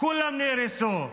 כולם נהרסו,